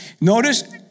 Notice